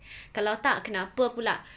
kalau tak kenapa pula